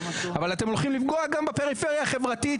אבל אתם הולכים לפגוע גם בפריפריה החברתית,